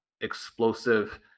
explosive